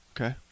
Okay